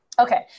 okay